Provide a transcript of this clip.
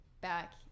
back